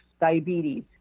diabetes